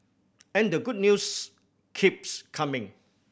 and the good news keeps coming